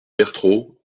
bertraud